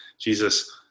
Jesus